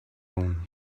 own